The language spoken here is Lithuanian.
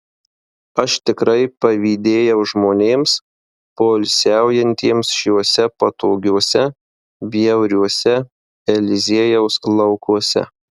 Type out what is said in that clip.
aš tikrai pavydėjau žmonėms poilsiaujantiems šiuose patogiuose bjauriuose eliziejaus laukuose